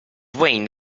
wayne